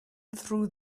through